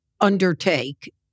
undertake